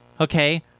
okay